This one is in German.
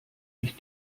ich